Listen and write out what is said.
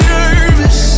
nervous